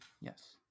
Yes